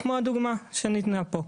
כמו הדוגמא שניתנה פה.